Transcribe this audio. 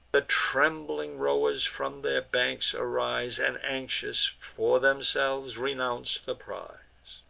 the trembling rowers from their banks arise, and, anxious for themselves, renounce the prize.